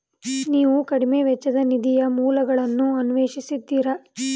ನೀವು ಕಡಿಮೆ ವೆಚ್ಚದ ನಿಧಿಯ ಮೂಲಗಳನ್ನು ಅನ್ವೇಷಿಸಿದ್ದೀರಾ?